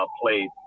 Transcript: played